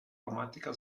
romantica